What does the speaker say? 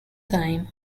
time